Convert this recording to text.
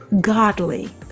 godly